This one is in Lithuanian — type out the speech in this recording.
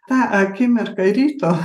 tą akimirką ryto